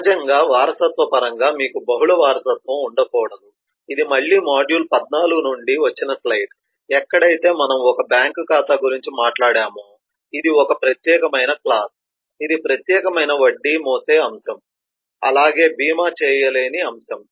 సహజంగా వారసత్వ పరంగా మీకు బహుళ వారసత్వం ఉండకూడదు ఇది మళ్ళీ మాడ్యూల్ 14 నుండి వచ్చిన స్లైడ్ ఎక్కడైతే మనము ఒక బ్యాంకు ఖాతా గురించి మాట్లాడామొ ఇది ఒక ప్రత్యేకమైన క్లాస్ ఇది ప్రత్యేకమైన వడ్డీ మోసే అంశం అలాగే భీమా చేయలేని అంశం